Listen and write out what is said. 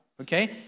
okay